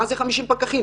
מה זה 50 פקחים